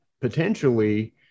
potentially